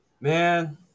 Man